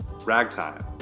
Ragtime